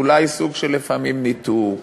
אולי סוג של לפעמים ניתוק,